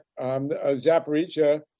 Zaporizhia